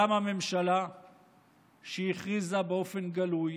קמה ממשלה שהכריזה באופן גלוי,